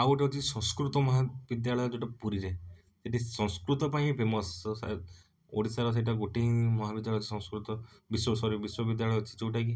ଆଉ ଗୋଟେ ଅଛି ସଂସ୍କୃତ ମହାବିଦ୍ୟାଳୟ ଯେଉଁଟା ପୁରୀରେ ସେଠି ସଂସ୍କୃତ ପାଇଁ ଫେମସ୍ ଓଡ଼ିଶାର ସେଇଟା ଗୋଟେ ହିଁ ମହାବିଦ୍ୟାଳୟ ଅଛି ସଂସ୍କୁତ ସରି ବିଶ୍ୱବିଦ୍ୟାଳୟ ଅଛି ଯେଉଁଟା କି